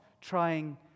trying